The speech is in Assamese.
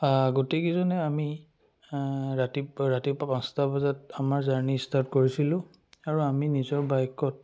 গোটেইকেইজনে আমি ৰাতিপুৱা ৰাতিপুৱা পাঁচটা বজাত আমাৰ জাৰ্ণি ষ্টাৰ্ট কৰিছিলোঁ আৰু আমি নিজৰ বাইকত